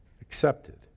accepted